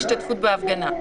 השתתפות בהפגנה.